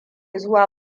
zuwa